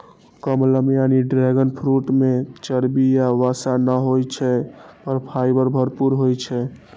कमलम यानी dragon fruit मे चर्बी या वसा नै होइ छै, पर फाइबर भरपूर होइ छै